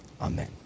Amen